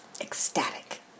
ecstatic